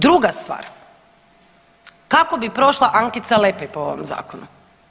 Druga stvar, kako bi prošla Ankica Lepej po ovom zakonu?